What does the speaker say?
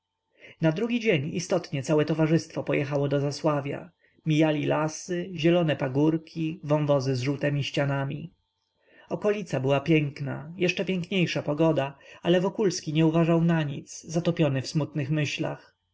na drugi dzień istotnie całe towarzystwo pojechało do zasławia mijali lasy zielone pagórki wąwozy z żółtemi ścianami okolica była piękna jeszcze piękniejsza pogoda ale wokulski nie uważał na nic zatopiony w smutnych myślach